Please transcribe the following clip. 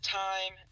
time